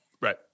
Right